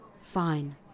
Fine